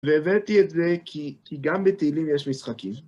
והבאתי את זה כי... כי גם בתהילים יש משחקים.